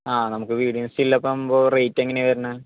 ആ നമുക്ക് വിഡിയോയും സ്റ്റിൽ ഒക്കെയാകുമ്പോൾ റേറ്റ് എങ്ങനെയാണ് വരുന്നത്